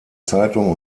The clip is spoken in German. zeitung